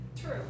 True